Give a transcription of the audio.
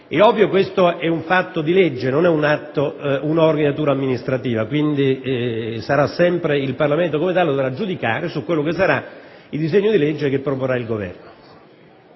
ovvio che questo è un fatto di legge, non un atto di natura amministrativa, quindi sarà sempre il Parlamento come tale che dovrà giudicare sul disegno di legge che proporrà il Governo.